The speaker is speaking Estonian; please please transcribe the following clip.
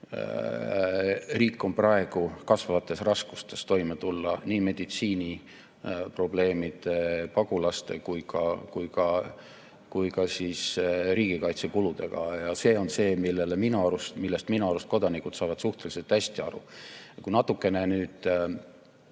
Riik on praegu kasvavates raskustes, püüdes toime tulla nii meditsiiniprobleemide, pagulaste kui ka riigikaitsekuludega. Ja sellest minu arust kodanikud saavad suhteliselt hästi aru. Kui natukene nüüd